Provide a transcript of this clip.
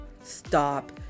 stop